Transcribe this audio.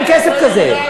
אין כסף כזה.